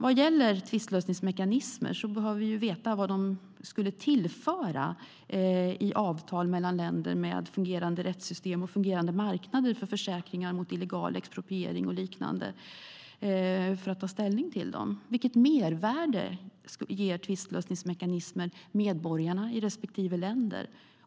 Vad gäller tvistlösningsmekanismer behöver vi för att kunna ta ställning till dem veta vad de skulle tillföra i avtal mellan länder med fungerande rättssystem och fungerande marknader för försäkringar mot illegal expropriering och liknande. Vilket mervärde ger tvistlösningsmekanismer medborgarna i respektive länder?